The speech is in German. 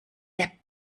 der